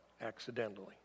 accidentally